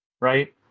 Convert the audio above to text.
right